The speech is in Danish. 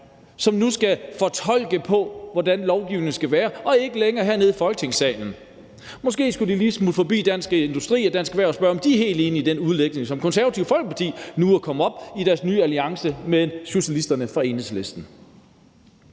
som skal fortolke, hvordan lovgivningen skal være, og ikke længere medlemmerne hernede i Folketingssalen. Måske skulle de lige smutte forbi Dansk Industri og Dansk Erhverv og spørge, om de er helt enige i den udlægning, som Det Konservative Folkeparti nu er kommet med i deres nye alliance med socialisterne for Enhedslisten.